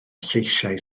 lleisiau